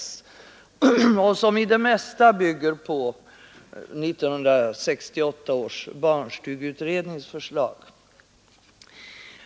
Den bygger i det mesta på 1968 års barnstugeutrednings förslag.